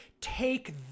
take